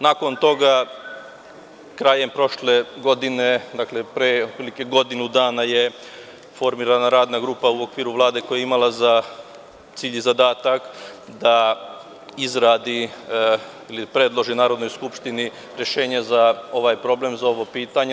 Nakon toga, krajem prošle godine, dakle, pre otprilike godinu dana je formirana radna grupa u okviru Vlade koja je imala za cilj i zadatak da izradi i predloži Narodnoj skupštini rešenje za ovaj problem, za ovo pitanje.